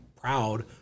proud